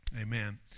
Amen